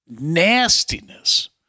nastiness